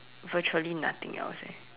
virtually nothing else eh